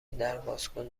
دربازکن